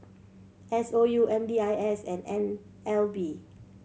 S O U M D I S and N L B